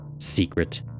secret